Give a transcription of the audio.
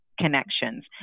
connections